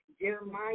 Jeremiah